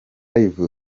live